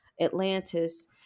Atlantis